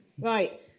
Right